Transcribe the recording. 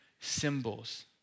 symbols